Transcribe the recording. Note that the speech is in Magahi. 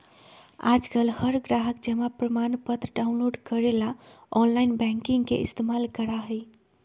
आजकल हर ग्राहक जमा प्रमाणपत्र डाउनलोड करे ला आनलाइन बैंकिंग के इस्तेमाल करा हई